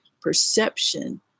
perception